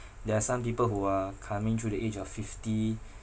there are some people who are coming through the age of fifty